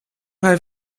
hij